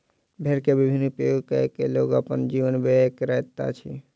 भेड़ के विभिन्न उपयोग कय के लोग अपन जीवन व्यय करैत अछि